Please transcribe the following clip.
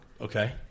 Okay